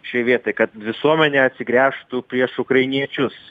šioj vietoj kad visuomenė atsigręžtų prieš ukrainiečius